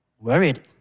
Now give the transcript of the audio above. worried